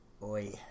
Boy